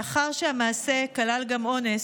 מאחר שהמעשה כלל גם אונס,